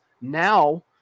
now